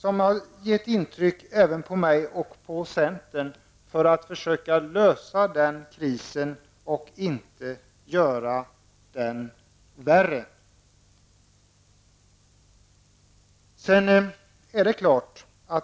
har gjort intryck även på mig och centern och sporrat oss att försöka lösa krisen och inte göra den värre.